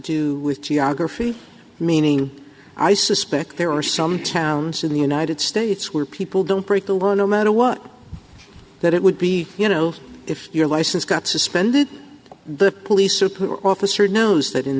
do with geography meaning i suspect there are some towns in the united states where people don't break you were no matter what that it would be you know if your license got suspended the police officer knows that in